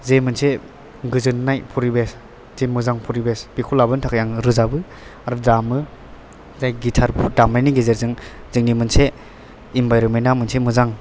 जे मोनसे गोजोननाय फरिभेस जे मोजां फरिभेस बेखौ लाबोनो थाखाय आं रोजाबो आरो दामो जाय गिथारखौ दामनायनि गेजेरजों जोंनि मोनसे इनभारमेन्टआ मोनसे मोजां